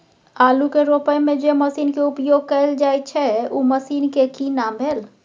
आलू के रोपय में जे मसीन के उपयोग कैल जाय छै उ मसीन के की नाम भेल?